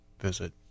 visit